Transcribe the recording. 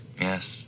Yes